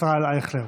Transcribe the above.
ישראל אייכלר.